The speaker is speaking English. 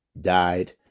died